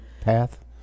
path